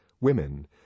women